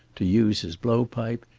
to use his blow-pipe,